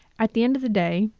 at the end of the day,